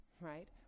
right